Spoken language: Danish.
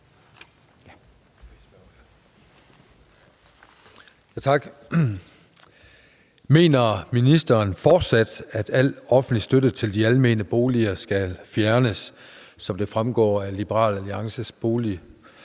(S)): Mener ministeren fortsat, at al offentlig støtte til de almene boliger skal fjernes, som det fremgår af Liberal Alliances